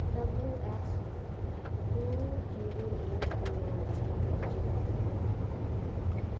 W X दुइ zero एक नओ एक जीरो एक एक एक